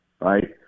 right